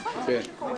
נכון, זה מה שקורה.